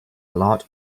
lot